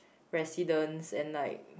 presidents and like